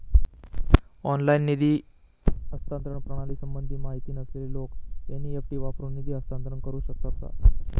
Online निधी हस्तांतरण प्रणालीसंबंधी माहिती नसलेले लोक एन.इ.एफ.टी वरून निधी हस्तांतरण करू शकतात का?